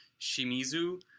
Shimizu